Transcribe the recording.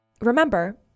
Remember